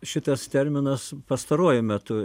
šitas terminas pastaruoju metu